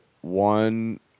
one